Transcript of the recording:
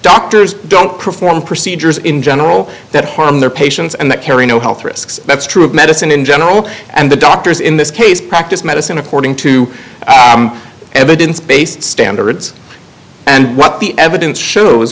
doctors don't perform procedures in general that harm their patients and that carry no health risks that's true of medicine in general and the doctors in this case practice medicine according to evidence based standards and what the evidence shows